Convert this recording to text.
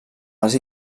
les